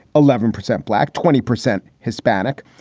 eleven percent black, twenty percent hispanic.